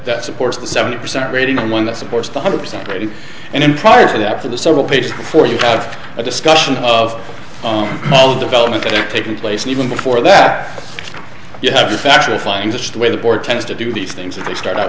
that supports the seventy percent rating on one that supports one hundred percent rating and in prior to that for the several pages before you have a discussion of all development that are taking place and even before that you have the factual finding just the way the board tends to do these things and they start out